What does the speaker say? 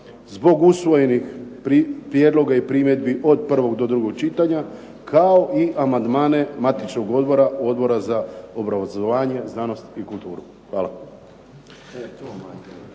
zbog usvojenih prijedloga i primjedbi od prvog do drugog čitanja kao i amandmane matičnog Odbora, Odbora za obrazovanje, znanost i kulturu. Hvala.